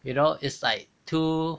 you know it's like too